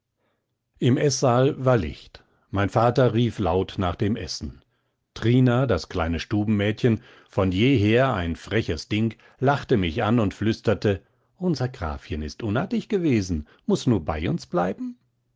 im eßsaal war licht mein vater rief laut nach dem essen trina das kleine stubenmädchen von jeher ein freches ding lachte mich an und flüsterte unser grafchen ist unartig gewesen muß nu bei uns bleiben